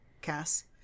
Cass